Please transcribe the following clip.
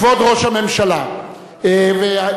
כבוד ראש הממשלה ויועציו,